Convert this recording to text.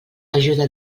ajuda